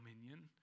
dominion